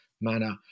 manner